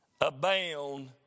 abound